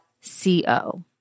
C-O